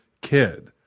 kid